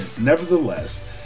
nevertheless